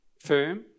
firm